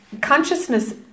Consciousness